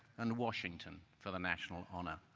and washington for the national honor.